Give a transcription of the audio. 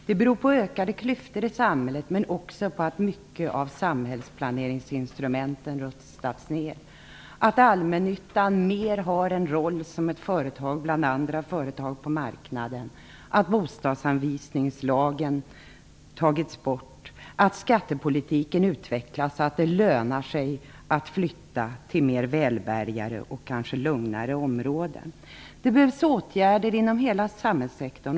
Det beror på ökade klyftor i samhället, men också på att många av samhällsplaneringsinstrumenten rustats ner, att allmännyttan har fått en roll som ett företag bland andra företag på marknaden, att bostadsanvisningslagen tagits bort och att skattepolitiken utvecklats så att det lönar sig att flytta till mer välbärgade och kanske lugnare områden. Det behövs åtgärder inom hela samhällssektorn.